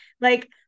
Like-